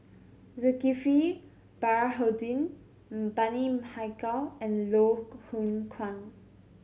Zulkifli Baharudin Bani Haykal and Loh Hoong Kwan